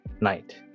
night